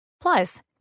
Plus